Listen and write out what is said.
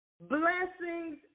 Blessings